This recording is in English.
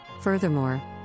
Furthermore